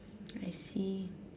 I see